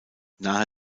nahe